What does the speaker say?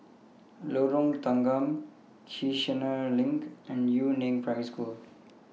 Lorong Tanggam Kiichener LINK and Yu Neng Primary School